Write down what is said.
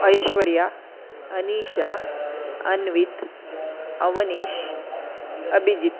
Aishwarya Anisha Anvit Avneesh Abhijit